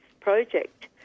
project